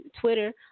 Twitter